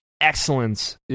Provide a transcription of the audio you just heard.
excellence